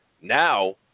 Now